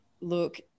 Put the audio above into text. Look